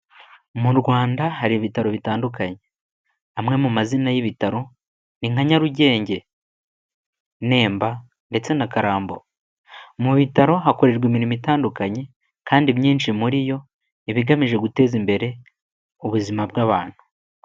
Mu Rwanda hari ibitaro bitandukanye. Amwe mu mazina y'ibitaro ni nka Nyarugenge, Nemba ndetse na Karambo. Mu bitaro hakorerwa imirimo itandukanye kandi imyinshi muri yo iba igamije guteza imbere ubuzima bw'abantu.